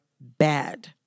bad